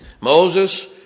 Moses